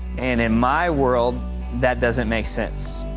and in my world that doesn't make sense.